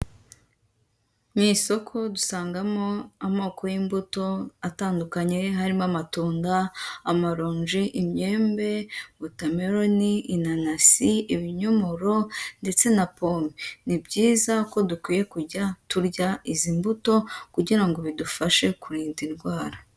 Mu isoko dusangamo amoko y'imbuto atandukanye, harimo amatunda, amaronji, imyembe, wotameroni, inanasi, ibinyomoro, ndetse na pome. Ni byiza ko dukwiye kujya turya izi mbuto kugira ngo bidufashe kurinda indwara.